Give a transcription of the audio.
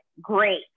great